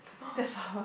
that's why